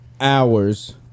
hours